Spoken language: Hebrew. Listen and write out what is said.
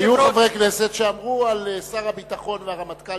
והיו חברי כנסת שאמרו על שר הביטחון והרמטכ"ל